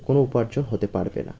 কোনো উপার্জন হতে পারবে না